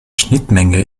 schnittmenge